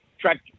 Track